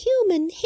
human